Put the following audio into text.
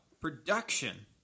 production